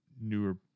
newer